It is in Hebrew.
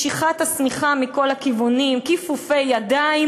משיכת השמיכה מכל הכיוונים וכיפופי ידיים,